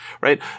right